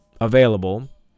available